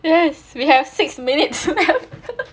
yes we have six minutes